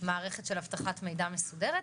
מערכת של אבטחת מידע מסודרת,